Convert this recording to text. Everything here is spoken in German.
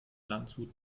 landshut